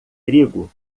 trigo